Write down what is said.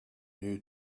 new